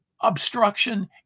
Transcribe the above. obstruction